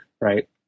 right